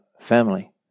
family